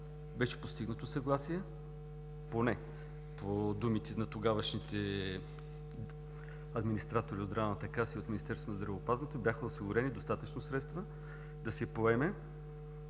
беше постигнато съгласие. Поне по думите на тогавашните администратори от Здравната каса и от Министерство на здравеопазването бяха осигурени достатъчно средства да се поеме